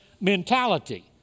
mentality